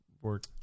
work